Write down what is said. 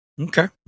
Okay